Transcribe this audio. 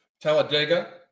Talladega